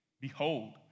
Behold